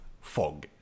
fog